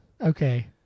Okay